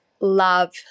love